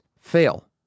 fail